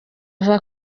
ava